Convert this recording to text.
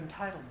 entitlement